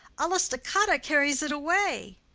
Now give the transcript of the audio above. alla stoccata carries it away.